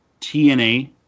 TNA